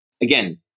again